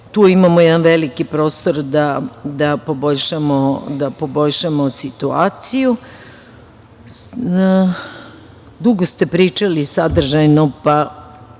Tu imamo jedan veliki prostor da poboljšamo situaciju. Dugo ste pričali sadržajno, pa